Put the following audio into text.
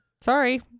Sorry